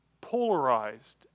polarized